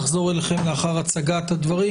כמובן נחזור אליכם לאחר הצגת הדברים,